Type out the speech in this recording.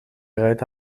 eruit